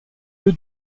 lieu